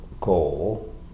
goal